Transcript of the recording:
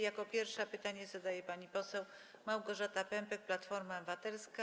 Jako pierwsza pytanie zadaje pani poseł Małgorzata Pępek, Platforma Obywatelska.